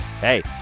hey